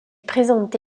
présente